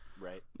Right